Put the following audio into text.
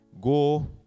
go